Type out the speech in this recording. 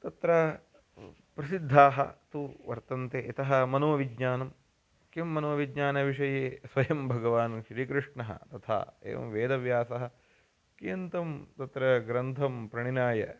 तत्र प्रसिद्धाः तु वर्तन्ते यतः मनोविज्ञानं किं मनोविज्ञानविषये स्वयं भगवान् श्रीकृष्णः तथा एवं वेदव्यासः कियन्तं तत्र ग्रन्थं प्रणिनाय